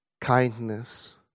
kindness